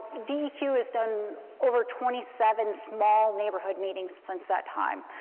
deq has done over twenty seven small neighborhood meetings since that time,